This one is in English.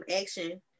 action